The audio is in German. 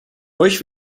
euch